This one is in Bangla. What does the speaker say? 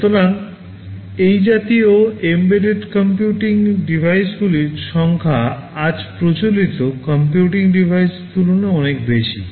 সুতরাং এই জাতীয় এম্বেডেড কম্পিউটিং ডিভাইসগুলির সংখ্যা আজ প্রচলিত কম্পিউটিং ডিভাইসের তুলনায় অনেক বেশি